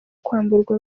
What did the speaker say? kwamburwa